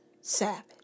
Savage